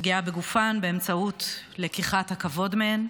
פגיעה בגופן באמצעות לקיחת הכבוד מהן.